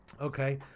Okay